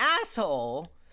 asshole